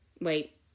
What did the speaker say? Wait